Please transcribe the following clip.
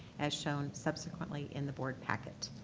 as shown subsequently in the board packet.